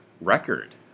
record